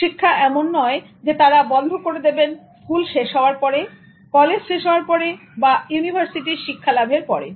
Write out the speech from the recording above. শিক্ষা এমন নয় যে তারা বন্ধ করে দেবেন স্কুল শেষ হওয়ার পরে কলেজ শেষ হওয়ার পরে বা ইউনিভার্সিটি শিক্ষালাভের পরে